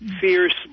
fierce